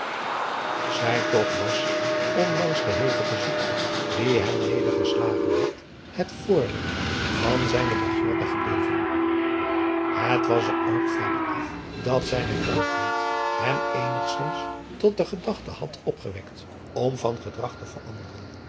zij toch was ondanks de hevige ziekte die hem nedergeslagen had het voorwerp van zijne begeerte gebleven het was er ook verre af dat zijne krankheid hem eenigzins tot de gedachte had opgewekt om van gedrag te veranderen